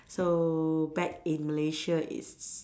so back in Malaysia it's